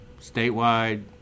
statewide